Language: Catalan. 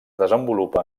desenvolupa